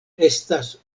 estas